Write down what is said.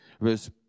verse